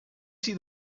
see